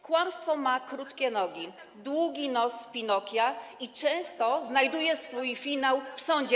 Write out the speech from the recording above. Kłamstwo ma krótkie nogi, długi nos Pinokia i często znajduje swój finał w sądzie.